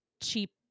cheap